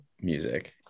music